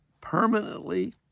permanently